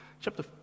Chapter